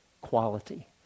quality